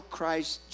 Christ